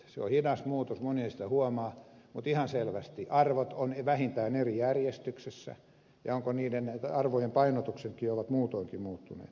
se on hidas muutos moni ei sitä huomaa mutta ihan selvästi arvot ovat vähintään eri järjestyksessä ja niiden arvojen painotukset ovat muutoinkin muuttuneet